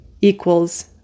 equals